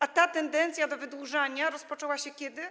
A ta tendencja do wydłużania rozpoczęła się kiedy?